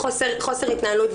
חוסר התנהלות,